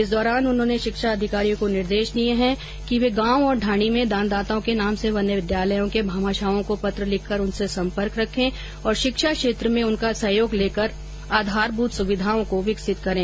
इस दौरान उन्होंने शिक्षा अधिकारियों को निर्देश दिए हैं कि वे गांव और ढाणी में दानदाताओं के नाम से बने विद्यालयों के भामाशहों को पत्र लिखकर उनसे संपर्क रखे और शिक्षा क्षेत्र में उनका सहयोग लेकर विद्यालयों के सुदृढ़ीकरण तथा आधारमूत सुविघाओं को विकसित करें